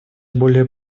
более